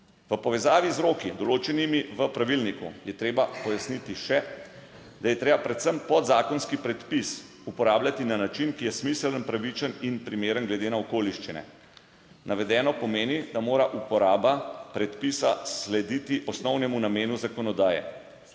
V povezavi z roki, določenimi v pravilniku, je treba pojasniti še, da je treba predvsem podzakonski predpis uporabljati na način, ki je smiseln, pravičen in primeren glede na okoliščine. Navedeno pomeni, da mora uporaba predpisa slediti osnovnemu namenu zakonodaje.